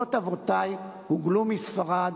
אבות אבותי הוגלו מספרד